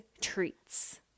treats